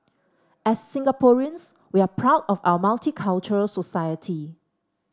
as Singaporeans we're proud of our multicultural society